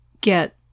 get